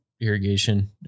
irrigation